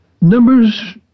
Numbers